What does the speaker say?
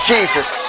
Jesus